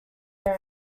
area